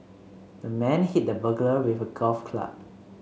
the man hit the burglar with a golf club